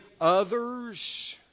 others